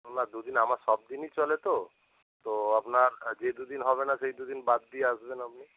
না দু দিন আমার সবদিনই চলে তো তো আপনার যে দু দিন হবে না সেই দু দিন বাদ দিয়ে আসবেন আপনি